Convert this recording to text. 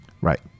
Right